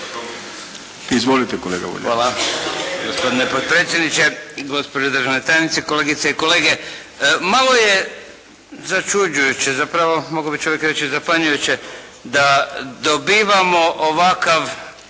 Izvolite kolega Vuljanić.